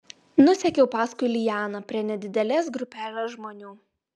nusekiau paskui lianą prie nedidelės grupelės žmonių